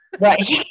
Right